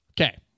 Okay